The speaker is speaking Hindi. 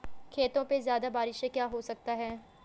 खेतों पे ज्यादा बारिश से क्या हो सकता है?